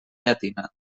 llatina